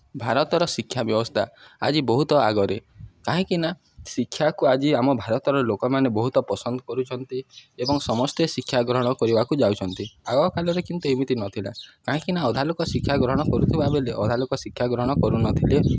ଭାରତର ଶିକ୍ଷା ବ୍ୟବସ୍ଥା ଆଜି ବହୁତ ଆଗରେ କାହିଁକିନା ଶିକ୍ଷାକୁ ଆଜି ଆମ ଭାରତର ଲୋକମାନେ ବହୁତ ପସନ୍ଦ କରୁଛନ୍ତି ଏବଂ ସମସ୍ତେ ଶିକ୍ଷା ଗ୍ରହଣ କରିବାକୁ ଯାଉଛନ୍ତି ଆଗକାଳରେ କିନ୍ତୁ ଏମିତି ନଥିଲା କାହିଁକିନା ଅଧା ଲୋକ ଶିକ୍ଷା ଗ୍ରହଣ କରୁଥିବାବେଳେ ଅଧା ଲୋକ ଶିକ୍ଷା ଗ୍ରହଣ କରୁନଥିଲେ